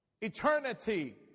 Eternity